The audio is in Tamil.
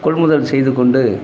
கொள்முதல் செய்து கொண்டு